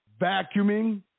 vacuuming